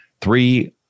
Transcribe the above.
Three